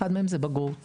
אחד מהם זה בגרות,